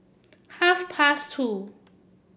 half past two